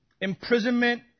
imprisonment